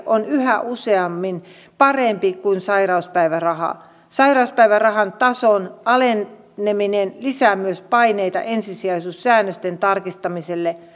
on yhä useammin parempi kuin sairauspäiväraha sairauspäivärahan tason aleneminen lisää myös paineita ensisijaisuussäännösten tarkistamiselle